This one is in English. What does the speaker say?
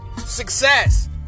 success